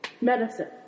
medicine